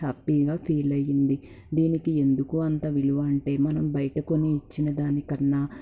హ్యాపీగా ఫీల్ అయింది దీనికి ఎందుకు అంత విలువ అంటే మనం బయట కొని ఇచ్చిన దానికన్నా